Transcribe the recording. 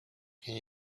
can